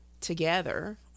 together